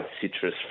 citrus